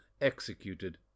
executed